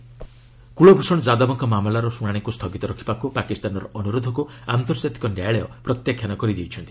ICJ Yadav Kulbhushan ଯାଦବଙ୍କ ମାମଲାର ଶୁଣାଶିକୁ ସ୍ଥଗିତ ରଖିବାକୁ ପାକିସ୍ତାନର ଅନୁରୋଧକୁ ଆନ୍ତର୍ଜାତିକ ନ୍ୟାୟାଳୟ ପ୍ରତ୍ୟାଖ୍ୟାନ କରିଦେଇଛନ୍ତି